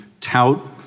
tout